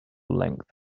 length